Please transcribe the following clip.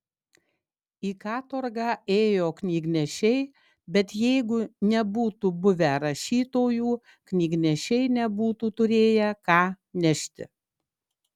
į katorgą ėjo knygnešiai bet jeigu nebūtų buvę rašytojų knygnešiai nebūtų turėję ką nešti